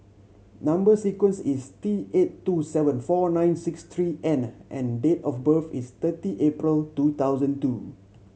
number sequence is T eight two seven four nine six three N and date of birth is thirty April two thousand two